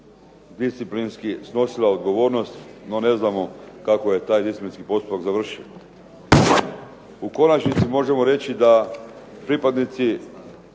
disciplinski snosila odgovornost, no ne znamo kako je taj disciplinski postupak završio. U konačnici možemo reći da pripadnici